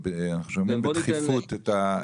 ואנחנו שומעים בדחיפות את המקרים שאנשים נהרגים או נפצעים.